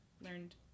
learned